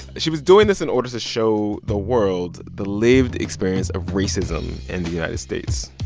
she was doing this in order to show the world the lived experience of racism in the united states.